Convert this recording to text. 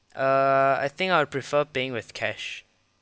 uh I think I'll prefer paying with cash